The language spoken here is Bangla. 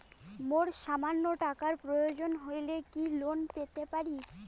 মোর সামান্য টাকার প্রয়োজন হইলে কি লোন পাইতে পারি?